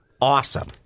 awesome